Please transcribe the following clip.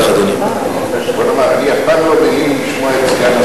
יש פררוגטיבה של השר לשלוח את הסגן,